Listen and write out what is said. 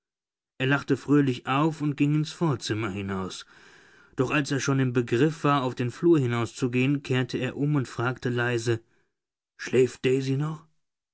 er lachte fröhlich auf und ging ins vorzimmer hinaus doch als er schon im begriff war auf den flur hinauszugehen kehrte er um und fragte leise schläft daisy noch